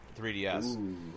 3DS